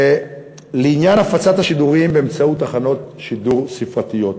לעניין הפצת השידורים באמצעות תחנות שידור ספרתיות.